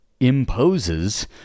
imposes